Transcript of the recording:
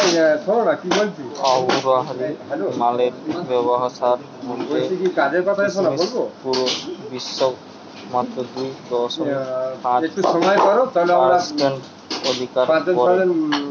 আঙুরহারি মালের ব্যাবসার মধ্যে কিসমিস পুরা বিশ্বে মাত্র দুই দশমিক পাঁচ পারসেন্ট অধিকার করে